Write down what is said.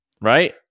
Right